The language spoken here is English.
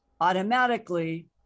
automatically